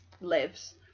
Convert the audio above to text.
lives